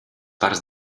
parts